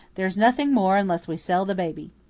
there's nothing more unless we sell the baby.